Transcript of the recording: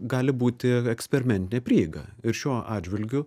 gali būti eksperimentinė prieiga ir šiuo atžvilgiu